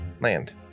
land